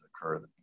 occur